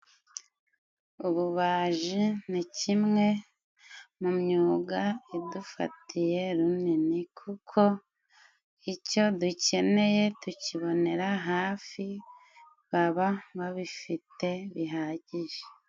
Ububaji ni kimwe mu myuga idufatiye runini, kuko icyo dukeneye tukibonera hafi, baba babifite bihagije.